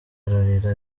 ararira